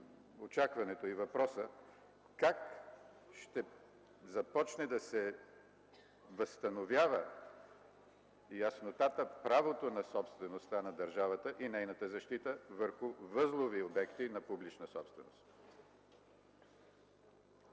отговора на въпроса: как ще започне да се възстановява яснотата, правото на собствеността на държавата и нейната защита върху възлови обекти на публична собственост?